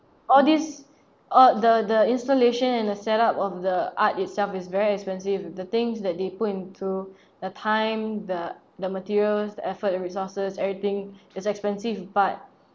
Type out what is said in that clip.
all these all the the installation and the set up of the art itself is very expensive the things that they put into the time the the materials the effort and resources everything is expensive but